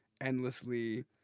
endlessly